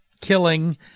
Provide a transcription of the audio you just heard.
killing